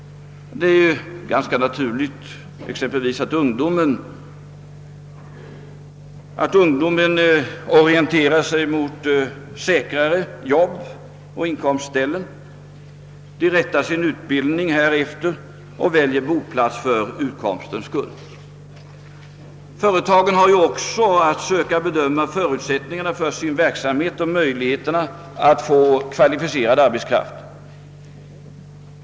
Det är exempelvis ganska naturligt att ungdomen orienterar sig mot säkrare inkomstställen. De rättar sin utbildning härefter och väljer boplats för utkomstens skull. Företagen har också att söka bedöma förutsättningarna för sin verksamhet och möjligheterna att få kvalificerad arbetskraft.